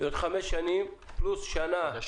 חמש שנים פלוס שנה.